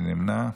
מי נמנע?